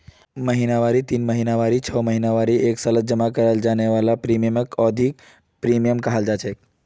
महिनावारी तीन महीनावारी छो महीनावारी सालभरत जमा कराल जाने वाला प्रीमियमक अवधिख प्रीमियम कहलाछेक